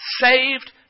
saved